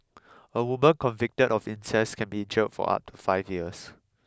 a woman convicted of incest can be jailed for up to five years